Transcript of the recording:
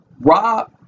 rob